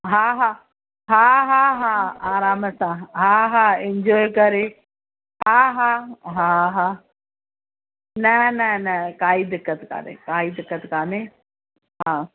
हा हा हा हा हा आराम सां हा हा इंजाए करे हा हा हा हा न न न काई दिक़त कान्हे काई दिक़त कान्हे हा